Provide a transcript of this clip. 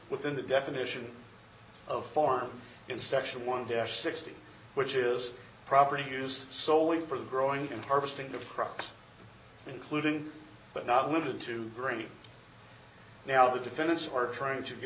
within the definition of farm in section one dish sixty which is property used solely for growing and harvesting the crux including but not limited to great now the defendants are trying to get